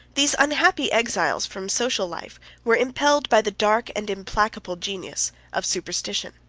these unhappy exiles from social life were impelled by the dark and implacable genius of superstition.